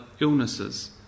illnesses